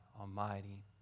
Almighty